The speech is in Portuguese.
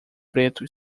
preto